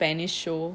any show